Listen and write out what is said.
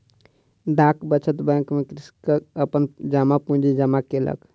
डाक बचत बैंक में कृषक अपन जमा पूंजी जमा केलक